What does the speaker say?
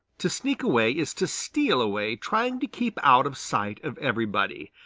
to sneak away is to steal away trying to keep out of sight of everybody,